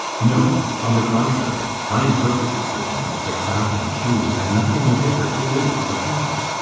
no, on the contrary i am perfectly certain that the crack in the chimney had nothing whatever to do with the fire.